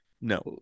No